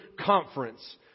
conference